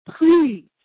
Please